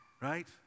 right